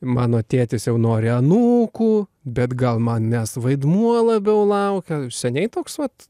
mano tėtis jau nori anūkų bet gal manęs vaidmuo labiau laukia seniai toks vat